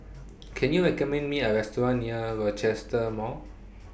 Can YOU recommend Me A Restaurant near Rochester Mall